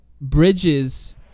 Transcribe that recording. Bridges